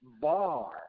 Bar